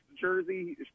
jersey